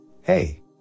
Hey